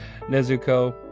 Nezuko